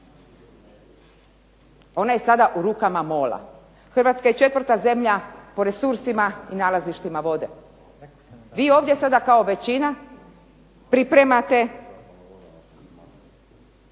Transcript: Ona je sada u rukama MOL-a. Hrvatska je 4. zemlja po resursima i nalazištima vode. Vi ovdje sada kao većina pripremate